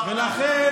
ולכן,